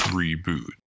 reboot